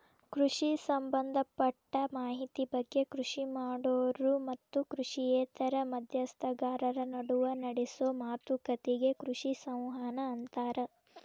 ಕೃಷಿ ಸಂಭದಪಟ್ಟ ಮಾಹಿತಿ ಬಗ್ಗೆ ಕೃಷಿ ಮಾಡೋರು ಮತ್ತು ಕೃಷಿಯೇತರ ಮಧ್ಯಸ್ಥಗಾರರ ನಡುವ ನಡೆಸೋ ಮಾತುಕತಿಗೆ ಕೃಷಿ ಸಂವಹನ ಅಂತಾರ